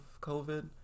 COVID